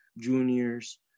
juniors